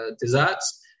desserts